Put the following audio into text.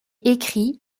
écrit